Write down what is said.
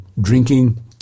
drinking